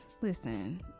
Listen